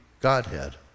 Godhead